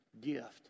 gift